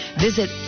Visit